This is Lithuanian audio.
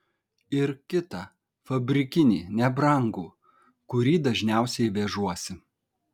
ir kitą fabrikinį nebrangų kurį dažniausiai vežuosi